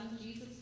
Jesus